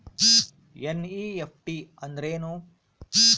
NEFT ಅಂದ್ರೆನು?